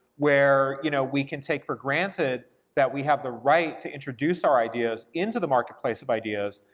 where you know we can take for granted that we have the right to introduce our ideas into the marketplace of ideas,